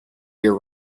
year